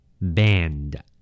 Band